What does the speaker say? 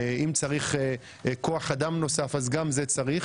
אם צריך כוח אדם נוסף אז גם צריך,